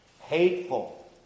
hateful